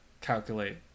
calculate